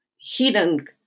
hidden